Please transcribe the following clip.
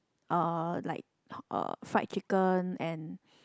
uh like uh fried chicken and